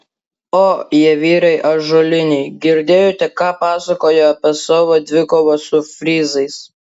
o jie vyrai ąžuoliniai girdėjote ką pasakojo apie savo dvikovą su frizais